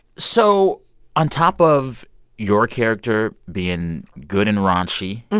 so on top of your character being good and raunchy,